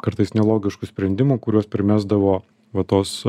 kartais nelogiškų sprendimų kuriuos primesdavo va tos